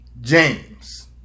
James